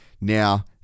Now